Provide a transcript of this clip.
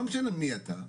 לא משנה מי אתה,